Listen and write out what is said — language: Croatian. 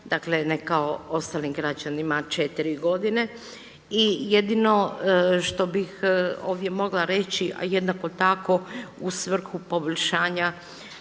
dakle ne kao ostalim građanima četiri godine. I jedino što bih ovdje mogla reći jednako tako u svrhu poboljšanja